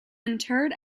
interred